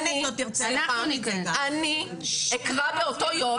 אני אקרא באותו יום